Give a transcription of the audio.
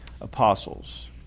apostles